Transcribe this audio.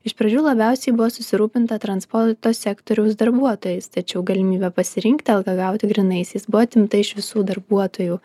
iš pradžių labiausiai buvo susirūpinta transporto sektoriaus darbuotojais tačiau galimybė pasirinkti algą gauti grynaisiais buvo atimta iš visų darbuotojų